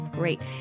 Great